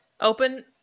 open